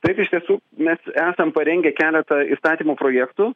taip iš tiesų mes esam parengę keletą įstatymo projektų